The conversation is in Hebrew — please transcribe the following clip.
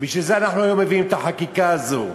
שאנחנו היום מביאים את החקיקה הזאת,